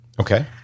Okay